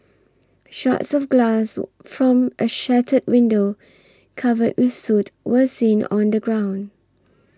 shards of glass from a shattered window covered with soot were seen on the ground